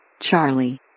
Charlie